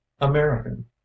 american